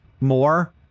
more